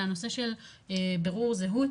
זה הנושא של בירור זהות,